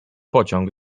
pociąg